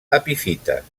epífites